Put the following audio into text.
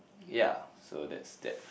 ya so that's that